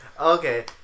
Okay